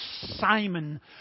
Simon